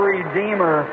Redeemer